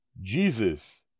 Jesus